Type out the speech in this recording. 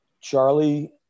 Charlie